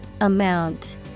Amount